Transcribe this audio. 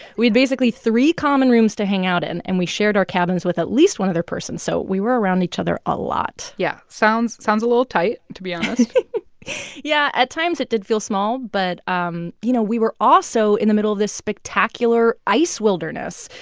we had basically three common rooms to hang out in, and we shared our cabins with at least one other person. so we were around each other a lot yeah. sounds sounds a little tight, to be honest yeah. at times, it did feel small. but, um you know, we were also in the middle of this spectacular ice wilderness.